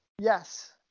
Yes